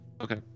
okay